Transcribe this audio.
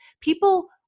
people